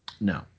No